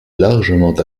largement